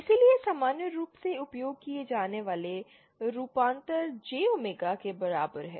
इसलिए सामान्य रूप से उपयोग किए जाने वाले रूपांतरण J ओमेगा के बराबर है